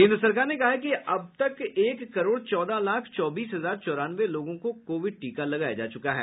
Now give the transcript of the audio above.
केंद्र सरकार ने कहा है कि अब तक एक करोड चौदह लाख चौबीस हजार चौरानवे लोगों को कोविड टीका लगाया जा चुका है